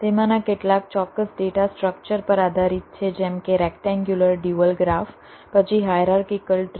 તેમાંના કેટલાક ચોક્કસ ડેટા સ્ટ્રક્ચર પર આધારિત છે જેમ કે રેક્ટેન્ગ્યુલર ડ્યુઅલ ગ્રાફ પછી હાયરાર્કિકલ ટ્રી